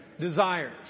desires